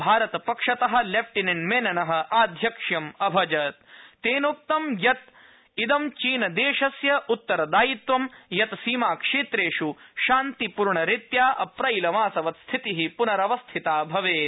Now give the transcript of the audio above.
भारतपक्षत lieutenant Menon आध्यक्ष्यम् अभजत् तेनोक्त यत् इद चीनदेशस्य उत्तरदायित्वं यत् सीमाक्षेत्रेष् शान्तिपूर्णरीत्या अप्रैलमासवत् स्थिति प्नरवस्थिता भवेत्